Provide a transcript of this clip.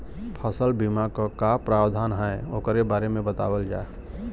फसल बीमा क का प्रावधान हैं वोकरे बारे में बतावल जा?